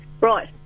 Right